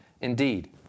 Indeed